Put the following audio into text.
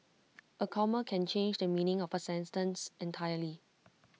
A comma can change the meaning of A sense terms entirely